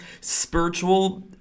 spiritual